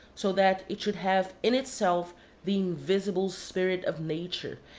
so that it should have in itself the invisible spirit of nature,